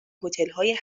هتلهای